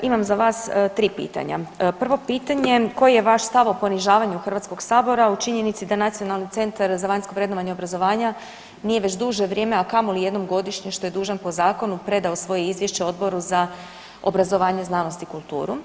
Imam za vas tri pitanja, prvo pitanje koji je vaš stav o ponižavanju HS-a u činjenici da Nacionalni centar za vanjsko vrednovanje obrazovanja nije već duže vrijeme, a kamoli jednom godišnje što je dužan po zakonu predao svoje izvješće Odboru za obrazovanje, znanost i kulturu?